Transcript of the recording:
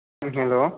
hello